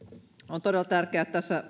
on todella tärkeää että tässä